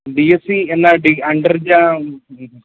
B Sc എല്ലാ D under ജ